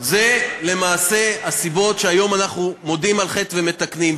אלה למעשה הסיבות שהיום אנחנו מודים על חטא ומתקנים.